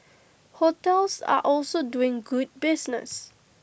hotels are also doing good business